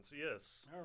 Yes